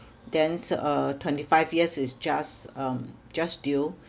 then s~ uh twenty five years is just um just due